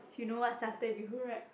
you know what's satay bee hoon right